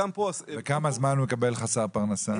כמה זמן הוא יקבל חסר פרנסה?